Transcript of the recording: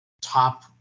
top